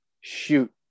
Shoot